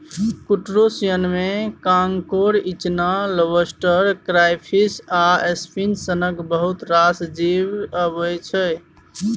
क्रुटोशियनमे कांकोर, इचना, lobster, crayfish आ श्रिंप सनक बहुत रास जीब अबै छै